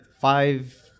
five